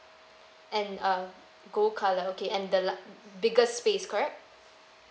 and uh gold colour okay and the lar~ bigger space correct